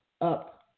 up